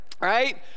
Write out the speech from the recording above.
right